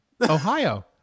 Ohio